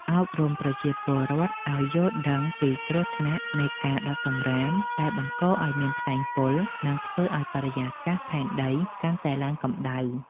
អប់រំប្រជាពលរដ្ឋឱ្យយល់ដឹងពីគ្រោះថ្នាក់នៃការដុតសំរាមដែលបង្កឱ្យមានផ្សែងពុល និង ធ្វើឱ្យបរិយាកាសផែនដីកាន់តែឡើងកម្ដៅ។